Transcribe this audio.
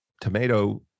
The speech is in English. tomato